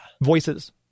voices